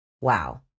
wow